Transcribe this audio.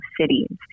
cities